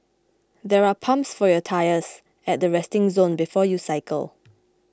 there are pumps for your tyres at the resting zone before you cycle